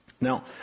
Now